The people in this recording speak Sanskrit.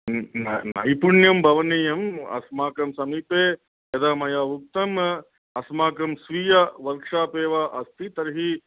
नैपुण्यं भवनीयम् अस्माकं समीपे यदा मया उक्तम् अस्माकं स्वीय वर्क्शाप् एव अस्ति तर्हि